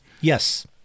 Yes